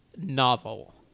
novel